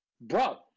bro